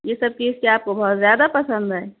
یہ سب چیز کیا آپ کو بہت زیادہ پسند ہے